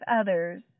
others